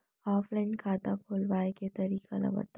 Offline खाता खोलवाय के तरीका ल बतावव?